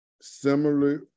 similarly